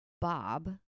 Bob